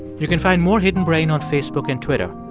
you can find more hidden brain on facebook and twitter.